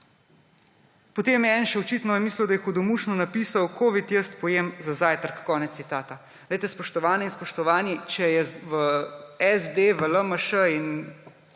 Potem je nekdo očitno mislil, da je hudomušno napisal: »Covid jaz pojem za zajtrk.« Konec citata. Spoštovane in spoštovani, če je v SD, v LMŠ in